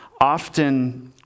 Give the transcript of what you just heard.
often